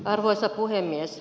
arvoisa puhemies